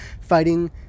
fighting